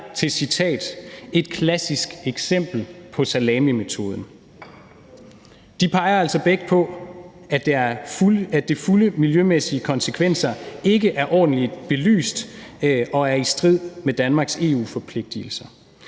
er, citat: et klassisk eksempel på salamimetoden. De peger altså begge på, at de fulde miljømæssige konsekvenser ikke er ordentligt belyst og er i strid med Danmarks EU-forpligtigelser.